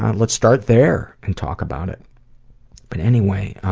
and let's start there and talk about it but anyway, um,